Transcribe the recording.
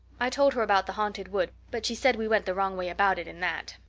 i told her about the haunted wood, but she said we went the wrong way about it in that.